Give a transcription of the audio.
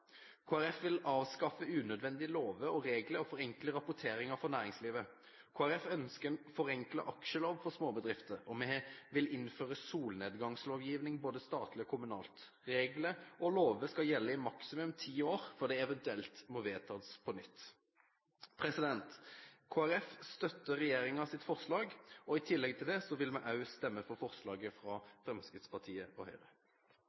Folkeparti vil avskaffe unødvendige lover og regler og forenkle rapporteringen for næringslivet. Kristelig Folkeparti ønsker en forenklet aksjelov for småbedrifter, og vi vil innføre solnedgangslovgivning både statlig og kommunalt. Reglene og lovene skal gjelde i maksimum ti år før de eventuelt må vedtas på nytt. Kristelig Folkeparti støtter regjeringens forslag, og i tillegg vil vi også stemme for forslaget fra Fremskrittspartiet og Høyre.